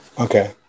Okay